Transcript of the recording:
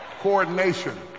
Coordination